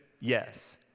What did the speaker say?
yes